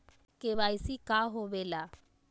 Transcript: KYC का होवेला?